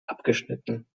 abgeschnitten